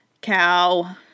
cow